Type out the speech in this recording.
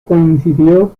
coincidió